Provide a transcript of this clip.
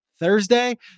Thursday